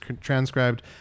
transcribed